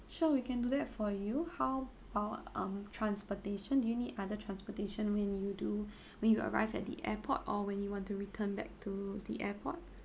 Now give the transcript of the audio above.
sure we can do that for you how about um transportation do you need other transportation when you do when you arrived at the airport or when you want to return back to the airport